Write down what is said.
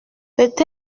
peut